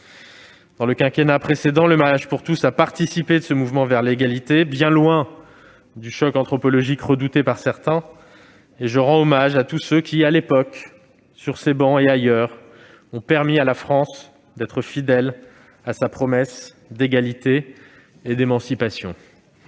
Dans le quinquennat précédent, le mariage pour tous a participé de ce mouvement vers l'égalité, bien loin du choc anthropologique redouté par certains. Je rends hommage à tous ceux qui, à l'époque, sur ces travées et ailleurs, ont permis à la France d'être fidèle à sa promesse d'égalité et d'émancipation.